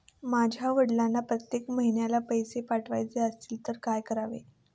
माझ्या वडिलांना प्रत्येक महिन्याला पैसे पाठवायचे असतील तर काय करावे?